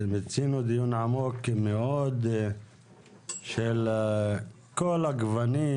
מיצינו דיון עמוק מאוד של כל הגוונים.